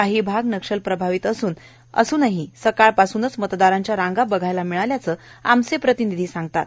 काही भाग नक्षल प्रभावित असून देखील सकाळ पासूनच मतदारांच्या रांगा बघायला मिळाल्याचं आमचे प्रतिनिधी सांगतात